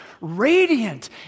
radiant